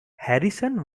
harrison